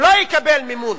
שלא יקבל מימון,